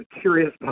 curious